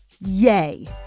yay